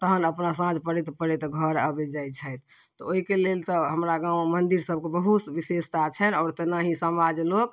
तहन अपना साँझ पड़ैत पड़ैत घर अबैत जाइत छथि तऽ ओहिके लेल तऽ हमरा गाँवमे मन्दिर सभकऽ बहुत विशेषता छनि आओर तेनाही समाज लोक